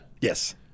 Yes